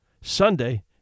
Sunday